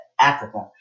Africa